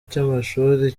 cy’amashuri